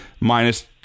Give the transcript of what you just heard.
minus